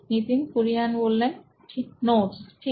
Nitin Kurian C O O নোইন electronics notes ঠিক